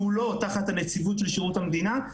שהוא לא תחת הנציבות של שירות המדינה.